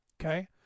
Okay